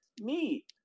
Meat